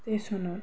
ষ্টেশ্যনত